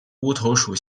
乌头属